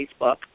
Facebook